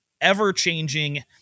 ever-changing